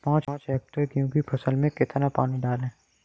पाँच हेक्टेयर गेहूँ की फसल में कितना पानी डालें?